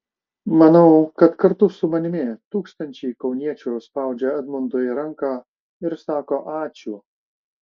manau kad kartu su manimi tūkstančiai kauniečių spaudžia edmundui ranką ir sako ačiū